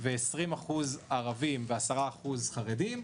20% ערבים ו-10% חרדים,